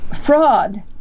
fraud